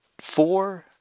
four